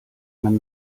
man